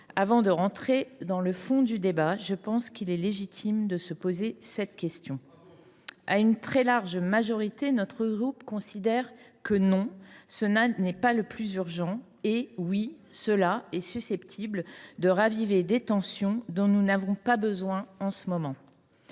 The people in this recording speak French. Avant d’aborder le fond du débat, je pense qu’il est légitime de se poser cette question. Bravo ! À une très large majorité, notre groupe considère que, non, cela n’est pas le plus urgent et que, oui, cela pourrait raviver des tensions dont nous n’avons pas besoin en ce moment.